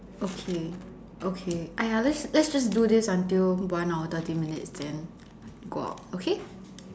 okay okay !aiya! let's let's just do this until one hour thirty minutes then go out okay